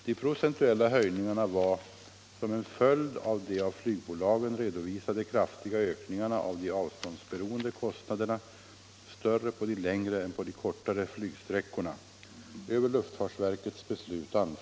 De procentuella höjningarna var — som en följd av de av flygbolagen redovisade kraftiga ökningarna av de avståndsberoende kostnaderna — större på de längre än på de kortare flygsträckorna.